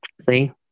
See